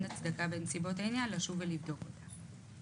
הצדקה בנסיבות העניין לשוב ולבדוק אותה.